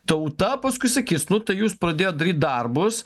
tauta paskui sakys nu tai jūs pradėjot darbus